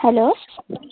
hello